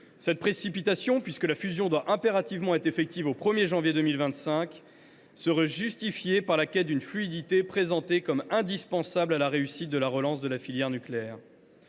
Cette précipitation, puisque la fusion doit impérativement être effective au 1 janvier 2025, serait justifiée par la quête d’une fluidité présentée comme indispensable à la réussite de la relance de la filière nucléaire.